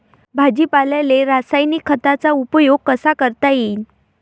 भाजीपाल्याले रासायनिक खतांचा उपयोग कसा करता येईन?